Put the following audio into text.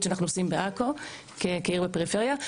שאנחנו עושים בעכו כעיר בפריפריה.